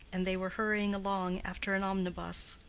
and they were hurrying along after an omnibus.